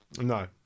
No